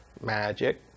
Magic